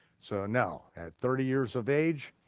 so now, at thirty years of age,